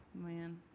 Man